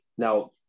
Now